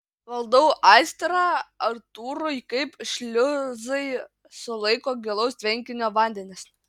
valdau aistrą artūrui kaip šliuzai sulaiko gilaus tvenkinio vandenis